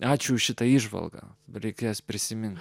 ačiū šitą įžvalgą reikės prisiminti